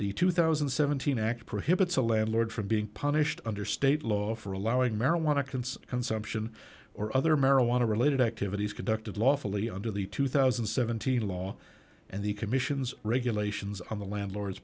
the two thousand and seventeen act prohibits a landlord from being punished under state law for allowing marijuana can consumption or other marijuana related activities conducted lawfully under the two thousand and seventeen law and the commission's regulations on the landlord